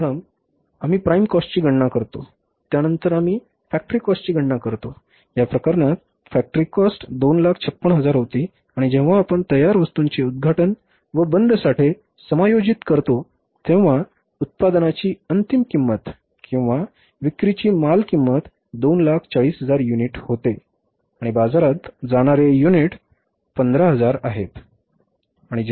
प्रथम आम्ही प्राइम कॉस्टची गणना करतो त्यानंतर आम्ही फॅक्टरी कॉस्टची गणना करतो या प्रकरणात फॅक्टरी कॉस्ट 256000 होती आणि जेव्हा आम्ही तयार वस्तूंचे उद्घाटन व बंद साठे समायोजित करतो तेव्हा उत्पादनाची अंतिम किंमत किंवा विक्रीची माल किंमत 240000 युनिट होते आणि बाजारात जाणारे युनिट 15000 आहेत बरोबर